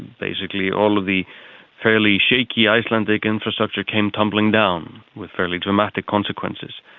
basically all of the fairly shaky icelandic infrastructure came tumbling down, with fairly dramatic consequences.